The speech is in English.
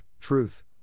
truth